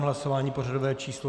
Hlasování pořadové číslo 129.